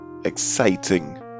Exciting